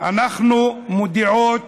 אנחנו מודיעות